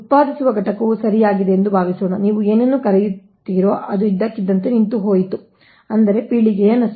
ಉತ್ಪಾದಿಸುವ ಘಟಕವು ಸರಿಯಾಗಿದೆ ಎಂದು ಭಾವಿಸೋಣ ನೀವು ಏನನ್ನು ಕರೆಯುತ್ತೀರೋ ಅದು ಇದ್ದಕ್ಕಿದ್ದಂತೆ ನಿಂತುಹೋಯಿತು ಅಂದರೆ ಪೀಳಿಗೆಯ ನಷ್ಟ